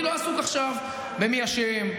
אני לא עסוק עכשיו במי אשם.